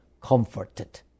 comforted